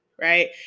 Right